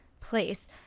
place